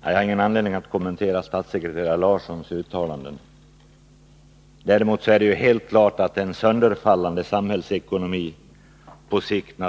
Herr talman! Jag har ingen anledning att kommentera statssekreterare Larssons uttalanden. Däremot är det helt klart att en sönderfallande samhällsekonomi på sikt